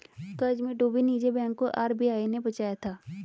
कर्ज में डूबे निजी बैंक को आर.बी.आई ने बचाया था